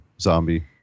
zombie